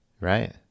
Right